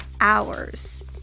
hours